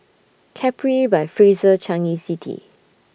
Capri By Fraser Changi City